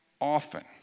often